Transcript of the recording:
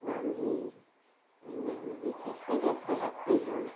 नाली गंदगी कैसे कैसे आती हैं